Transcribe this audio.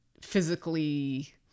physically